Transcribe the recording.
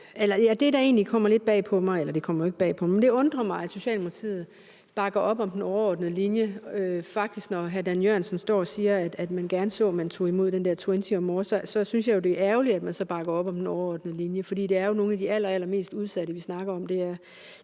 Det, der, jeg vil ikke sige kommer bag på mig, men undrer mig, er, at Socialdemokratiet bakker op om den overordnede linje, når hr. Dan Jørgensen faktisk står og siger, at man gerne så, at vi tog imod den der Twenty or More-ordning. Så synes jeg jo, at det er ærgerligt, at man så bakker op om den overordnede linje. For det er jo nogle af de allerallermest udsatte, vi snakker om,